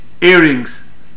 earrings